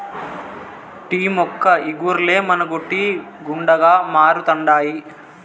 tea మొక్క ఇగుర్లే మనకు టీ గుండగా మారుతండాయి